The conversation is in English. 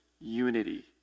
unity